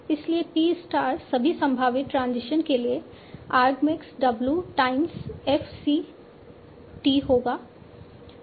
इसलिए t star सभी संभावित ट्रांजिशन के लिए argmax w times f c t होगा